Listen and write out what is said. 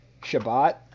Shabbat